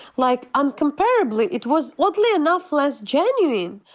like ah incomparably. it was, oddly enough, less genuine.